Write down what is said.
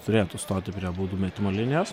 turėtų stoti prie baudų metimo linijos